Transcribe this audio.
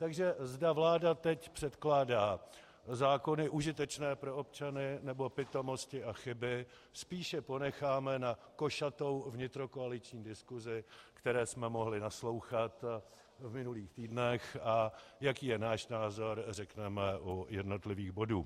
Takže zda vláda teď předkládá zákony užitečné pro občany, nebo pitomosti a chyby, spíše ponecháme na košatou vnitrokoaliční diskusi, které jsme mohli naslouchat v minulých týdnech, a jaký je náš názor, řekneme u jednotlivých bodů.